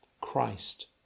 Christ